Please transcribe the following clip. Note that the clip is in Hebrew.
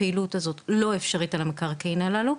הפעילות הזו לא אפשרית על המקרקעין הללו.